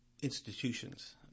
Institutions